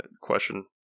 Question